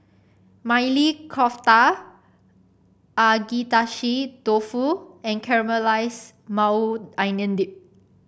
Maili Kofta Agedashi Dofu and Caramelized Maui Onion Dip